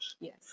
Yes